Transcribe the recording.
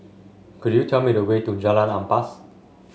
could you tell me the way to Jalan Ampas